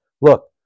Look